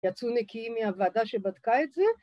‫יצאו נקיים מהוועדה שבדקה את זה?